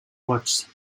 bots